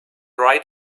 right